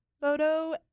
photo